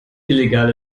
illegal